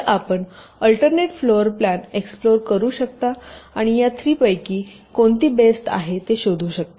तरआपण alternate floor plan explore करू शकता आणि या 3 पैकी कोणती बेस्ट आहे हे शोधू शकता